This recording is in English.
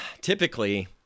typically